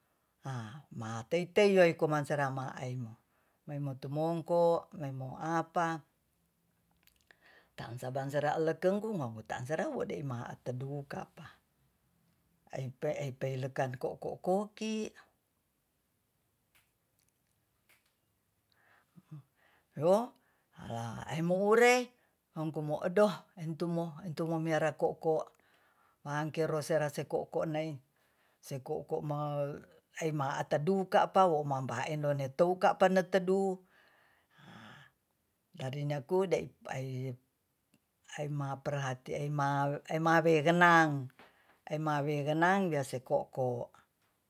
Ha matetey yoai koman serama aymo emo tumongko emo apa tan sabanseran elekungmo tan serowude ma'a tedu kapa aypeaype lekan ko'ko koki yo hala aymo ure hengkumodoh etumo-entumo merah ko'ko mangkeros sera se ko'ko ne se ko'ko ma eymatedu ka'pa wo dari nyaku dai pay eyma we genang- ya se ko'ko